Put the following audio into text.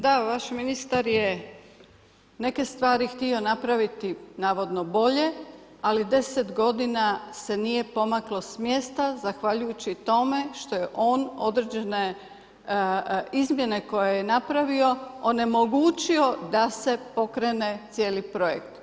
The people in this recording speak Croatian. Da, vaš ministar je neke stvari htio napraviti navodno bolje ali 10 godina se nije pomaklo s mjesta zahvaljujući tome što je on određene izmjene koje je napravio onemogućio da se pokrene cijeli projekt.